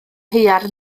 haearn